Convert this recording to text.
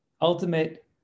Ultimate